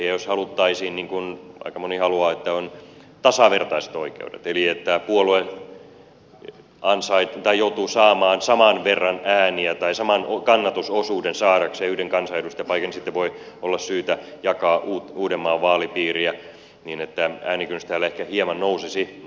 ja jos haluttaisiin niin kuin aika moni haluaa että on tasavertaiset oikeudet eli että puolue joutuu saamaan saman kannatusosuuden saadakseen yhden kansanedustajan paikan niin sitten voi olla syytä jakaa uudenmaan vaalipiiriä niin että äänikynnys täällä ehkä hieman nousisi